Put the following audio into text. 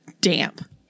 damp